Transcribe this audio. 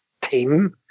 team